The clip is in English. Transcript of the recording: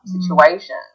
situation